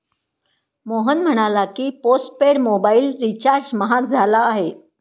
मोहन म्हणाला की, postpaid mobile recharge महाग झाला आहे